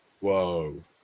Whoa